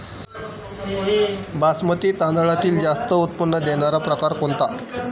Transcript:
बासमती तांदळातील जास्त उत्पन्न देणारा प्रकार कोणता?